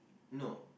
no